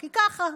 כי ככה.